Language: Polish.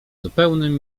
zupełnym